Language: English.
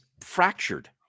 fractured